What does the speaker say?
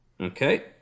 Okay